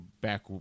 back